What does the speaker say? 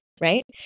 right